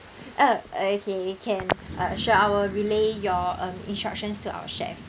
uh okay can uh sure I will relay your um instructions to our chef